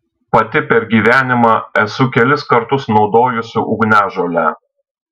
pati per gyvenimą esu kelis kartus naudojusi ugniažolę